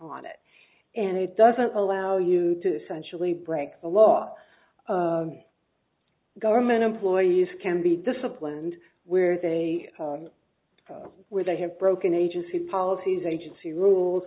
upon it and it doesn't allow you to sensually break the law government employees can be disciplined where they where they have broken agency policies agency rules